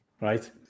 Right